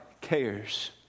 cares